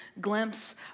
glimpse